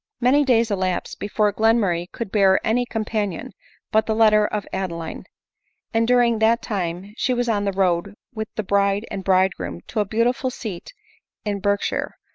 many days elapsed before glenmurray could bear any companion but the letter of adeline and during that time she was on the road with the bride and bridegroom to a beautiful seat in berkshire,